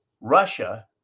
Russia